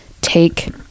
take